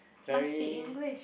very